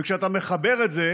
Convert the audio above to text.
וכשאתה מחבר את זה